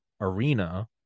arena